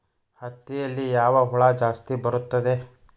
ಹತ್ತಿಯಲ್ಲಿ ಯಾವ ಹುಳ ಜಾಸ್ತಿ ಬರುತ್ತದೆ?